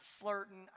flirting